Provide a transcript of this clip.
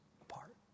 apart